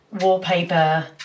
wallpaper